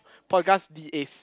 the ace